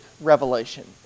revelation